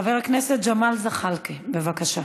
חבר הכנסת ג'מאל זחאלקה, בבקשה.